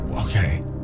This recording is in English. Okay